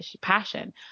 passion